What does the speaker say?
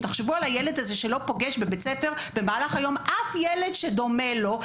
תחשבו שזה ילד שלא פוגש במהלך היום אף ילד שדומה לו,